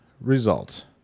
result